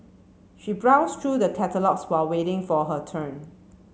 she browsed through the catalogues while waiting for her turn